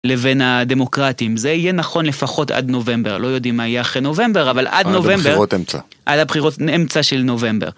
לבין הדמוקרטים, זה יהיה נכון לפחות עד נובמבר, לא יודעים מה יהיה אחרי נובמבר, אבל עד נובמבר... עד הבחירות האמצע. עד הבחירות האמצע של נובמבר.